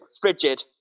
frigid